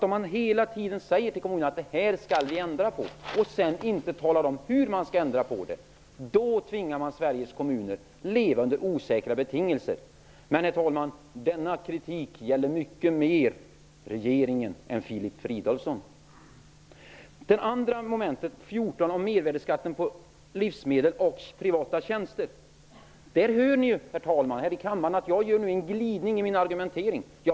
Om vi hela tiden säger till kommunerna att vi skall ändra på detta och sedan inte talar om hur vi skall ändra på det tvingar vi Sveriges kommuner att leva under osäkra betingelser. Men, herr talman, denna kritik gäller i högre grad regeringen än Filip Det andra momentet gäller mervärdesskatten på livsmedel och privata tjänster. Där kunde man höra, herr talman, att jag nu gör en glidning i min argumentering här i kammaren.